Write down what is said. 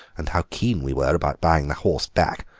and how keen we were about buying the horse back,